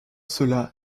cela